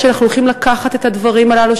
שאנחנו הולכים לקחת את הדברים הללו,